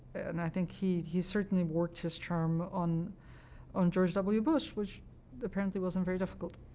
and i think he he certainly worked his charm on on george w. bush, which apparently wasn't very difficult.